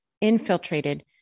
infiltrated